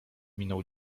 minął